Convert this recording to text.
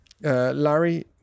Larry